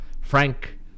Frank